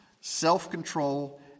self-control